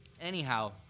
anyhow